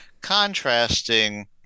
contrasting